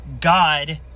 God